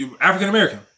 African-American